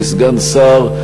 כי סגן שר,